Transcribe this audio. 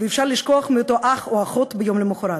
ואפשר לשכוח מאותו אח או אחות ביום למחרת,